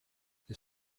they